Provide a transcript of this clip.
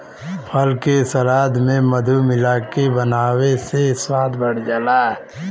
फल के सलाद में मधु मिलाके बनावे से स्वाद बढ़ जाला